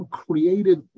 created